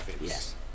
Yes